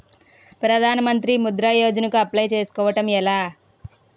ప్రధాన మంత్రి ముద్రా యోజన కు అప్లయ్ చేసుకోవటం ఎలా?